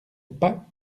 pas